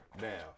now